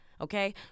Okay